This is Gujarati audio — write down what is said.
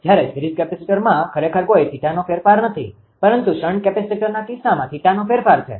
જ્યારે સિરિઝ કેપેસિટરમાં ખરેખર કોઈ θનો ફેરફાર નથી પરંતુ શન્ટ કેપેસિટરના કિસ્સામાં θનો ફેરફાર છે